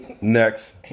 Next